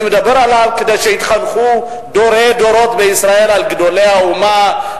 אני מדבר על זה שיתחנכו דורי דורות בישראל על גדולי האומה.